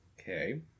Okay